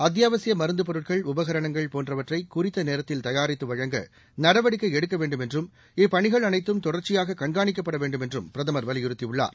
அத்தியாவசியப் மருந்துப் பொருட்கள் உபகரணங்கள் போன்றவற்றை குறித்த நேரத்தில் தயாரித்து வழங்க நடவடிக்கை எடுக்க வேண்டும் என்றும் இப்பனிகள் அனைத்தும் தொடர்ச்சியாக கண்காணிக்கப்பட வேண்டும் என்றும் பிரதமர் வலியுறுத்தியுள்ளார்